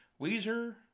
Weezer